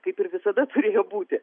kaip ir visada turėjo būti